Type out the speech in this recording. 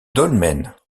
dolmen